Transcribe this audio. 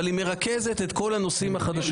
אבל היא מרכזת את כל הנושאים החדשים.